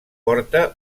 porta